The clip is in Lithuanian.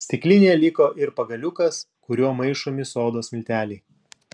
stiklinėje liko ir pagaliukas kuriuo maišomi sodos milteliai